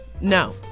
No